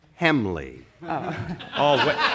Hemley